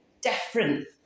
different